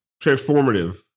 Transformative